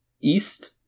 east